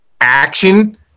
action